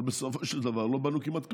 אבל בסופו של דבר לא בנו כמעט כלום.